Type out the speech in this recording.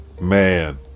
Man